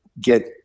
get –